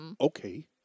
Okay